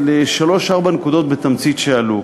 לשלוש-ארבע נקודות, בתמצית, שעלו.